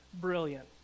Brilliant